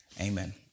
Amen